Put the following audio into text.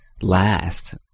last